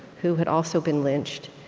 who had also been lynched.